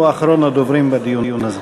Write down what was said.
הוא אחרון הדוברים בדיון הזה.